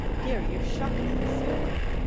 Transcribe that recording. dear, you're shockingly cynical.